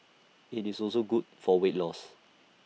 IT is also good for weight loss